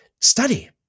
study